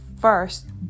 first